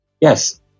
Yes